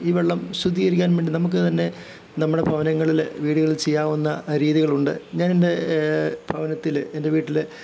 ഈ വെള്ളം ശുദ്ധീകരിക്കാൻ വേണ്ടി നമുക്ക് തന്നെ നമ്മുടെ ഭവനങ്ങളിൽ വീടുകളിൽ ചെയ്യാവുന്ന രീതികൾ ഉണ്ട് ഞാനെൻ്റെ ഭവനത്തിൽ എൻ്റെ വീട്ടിൽ